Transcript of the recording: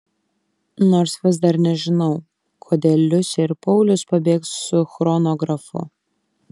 nors vis dar nežinau kodėl liusė ir paulius pabėgs su chronografu